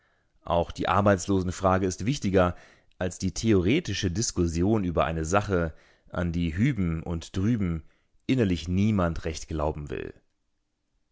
auch die arbeitslosenfrage ist wichtiger als die theoretische diskussion über eine sache an die hüben und drüben innerlich niemand recht glauben will